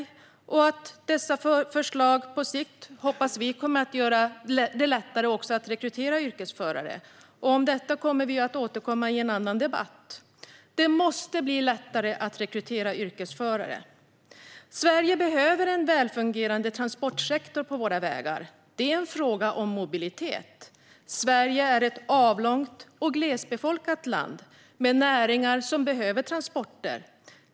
Vi hoppas att dessa förslag på sikt kommer att göra det lättare att rekrytera yrkesförare. Detta kommer vi att återkomma till i en annan debatt. Det måste dock bli lättare att rekrytera yrkesförare. Sverige behöver en välfungerande transportsektor på våra vägar. Det är en fråga om mobilitet. Sverige är ett avlångt och glesbefolkat land med näringar som behöver transporter.